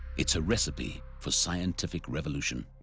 it's a recipe for scientific revolution.